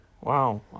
Wow